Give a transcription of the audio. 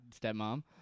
stepmom